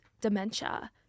dementia